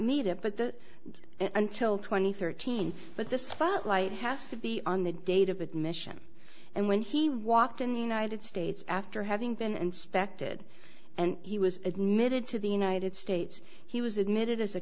need it but the until twenty thirteen but the spotlight has to be on the date of admission and when he walked in the united states after having been inspected and he was admitted to the united states he was admitted as a